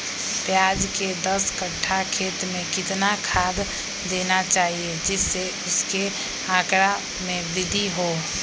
प्याज के दस कठ्ठा खेत में कितना खाद देना चाहिए जिससे उसके आंकड़ा में वृद्धि हो?